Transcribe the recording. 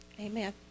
amen